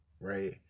right